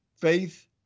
faith